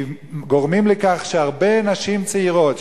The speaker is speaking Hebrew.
כי גורמים לכך שהרבה נשים צעירות